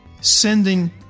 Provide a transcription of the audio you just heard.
sending